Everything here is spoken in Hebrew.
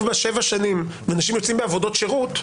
בה שבע שנים ואנשים יוצאים עם עבודות שירות,